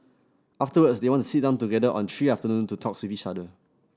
afterwards they want to sit down together on three afternoon to talk with each other